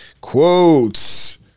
Quotes